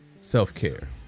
self-care